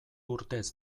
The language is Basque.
urtez